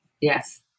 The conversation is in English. Yes